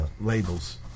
labels